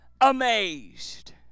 amazed